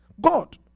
God